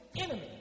enemy